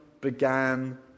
began